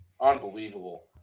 Unbelievable